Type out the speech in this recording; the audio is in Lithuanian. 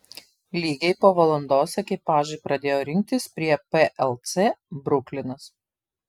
lygiai po valandos ekipažai pradėjo rinktis prie plc bruklinas